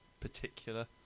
particular